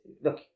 Look